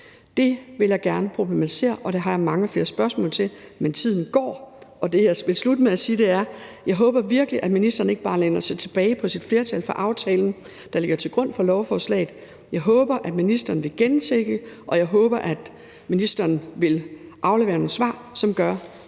Det vil jeg gerne problematisere, og det har jeg mange flere spørgsmål om. Men tiden går. Det, jeg vil slutte med at sige, er, at jeg virkelig håber, at ministeren ikke bare læner sig tilbage på sit flertal for aftalen, der ligger til grund for lovforslaget. Jeg håber, at ministeren vil gentænke det, og jeg håber, at ministeren vil aflevere nogle svar, som gør,